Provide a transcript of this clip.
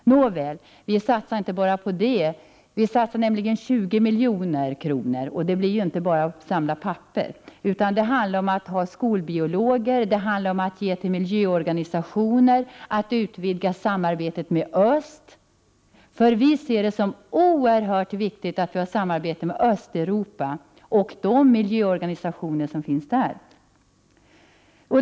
Nåväl, vi satsar inte bara på detta. Vi satsar nämligen 20 milj.kr. inte bara till insamlande av papper. Det handlar om att ha skolbiologer, att ge bidrag till miljöorganisationer, att utvidga samarbetet med öst. Vi ser det som oerhört viktigt att ha ett samarbete med Östeuropa och de miljöorganisationer som finns där.